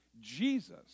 Jesus